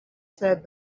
said